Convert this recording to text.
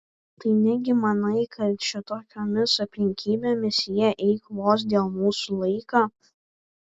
tai negi manai kad šitokiomis aplinkybėmis jie eikvos dėl mūsų laiką